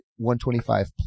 125